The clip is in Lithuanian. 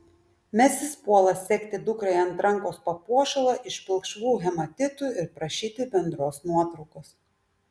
mesis puola segti dukrai ant rankos papuošalą iš pilkšvų hematitų ir prašyti bendros nuotraukos